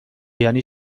یعنی